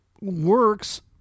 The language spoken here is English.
works